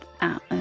out